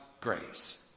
grace